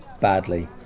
Badly